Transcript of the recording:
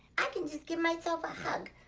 i can just give myself a hug,